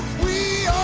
we